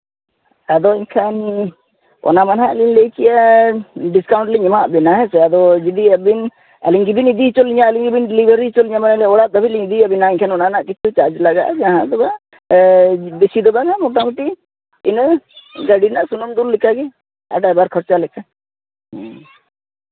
ᱟᱫᱚ ᱮᱱᱠᱷᱟᱱ ᱚᱱᱟ ᱢᱟ ᱦᱟᱸᱜ ᱞᱤᱧ ᱞᱟᱹᱭ ᱠᱮᱫᱼᱟ ᱰᱤᱥᱠᱟᱣᱩᱱᱴ ᱞᱤᱧ ᱮᱢᱟᱜ ᱵᱮᱱᱟ ᱦᱮᱸ ᱥᱮ ᱟᱫᱚ ᱡᱩᱫᱤ ᱟᱹᱵᱤᱱ ᱟᱹᱞᱤᱧ ᱜᱮᱵᱤᱱ ᱤᱫᱤ ᱦᱚᱪᱤᱚ ᱞᱤᱧᱟ ᱟᱹᱞᱤᱧ ᱜᱮᱵᱤᱱ ᱰᱮᱞᱤᱵᱷᱟᱨᱤ ᱦᱚᱪᱚ ᱞᱤᱧᱟ ᱢᱟᱱᱮ ᱚᱲᱟᱜ ᱫᱷᱟᱹᱵᱤᱡ ᱞᱤᱧ ᱤᱫᱤᱭᱟᱵᱤᱱᱟ ᱮᱱᱠᱷᱟᱱ ᱚᱱᱟ ᱨᱮᱱᱟᱜ ᱠᱤᱪᱷᱩ ᱪᱟᱨᱡᱽ ᱞᱟᱜᱟᱜᱼᱟ ᱡᱟᱦᱟᱸ ᱫᱚ ᱵᱮᱥᱤ ᱫᱚ ᱵᱟᱝᱟ ᱢᱳᱴᱟᱢᱩᱴᱤ ᱤᱱᱟᱹ ᱜᱟᱹᱰᱤ ᱨᱮᱱᱟᱜ ᱥᱩᱱᱩᱢ ᱫᱩᱞ ᱞᱮᱠᱟᱜᱮ ᱟᱨ ᱰᱟᱭᱵᱷᱟᱨ ᱠᱷᱚᱨᱪᱟ ᱞᱮᱠᱟ ᱦᱮᱸ